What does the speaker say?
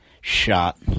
shot